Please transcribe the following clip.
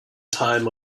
time